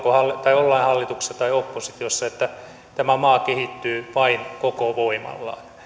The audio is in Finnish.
ollaan hallituksessa tai oppositiossa että tämä maa kehittyy vain koko voimallaan